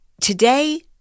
Today